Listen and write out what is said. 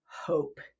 hope